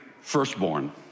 firstborn